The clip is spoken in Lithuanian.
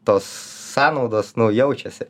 tos sąnaudos nu jaučiasi